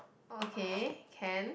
okay can